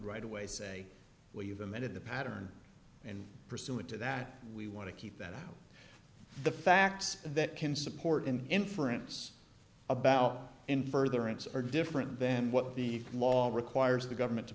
right away say well you've amended the pattern and pursuant to that we want to keep that out the facts that can support an inference about in furtherance are different then what the law requires the government to